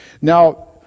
now